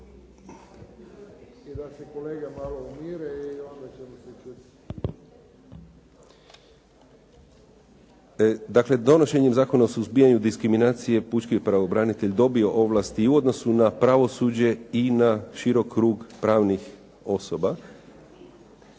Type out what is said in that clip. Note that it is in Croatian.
i da se kolege malo umire i onda ćemo se čuti!"…